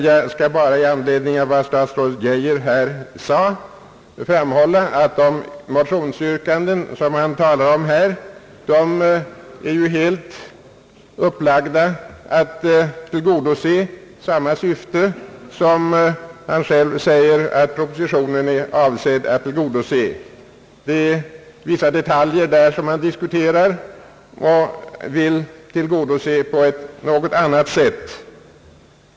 Jag skall bara i anledning av vad statsrådet Geijer här sade framhålla, att de motionsyrkanden som han talar om är helt upplagda att tillgodose samma syfte som han själv säger att propositionen åsyftar. Det är vissa detaljer som man diskute rar i motionsyrkandena och vill tillgodose på ett annat sätt.